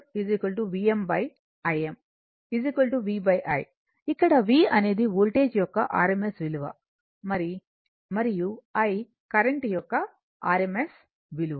Vm Im V I ఇక్కడ V అనేది voltage యొక్క RMS విలువ మరియు I కరెంట్ యొక్క RMS విలువ